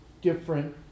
different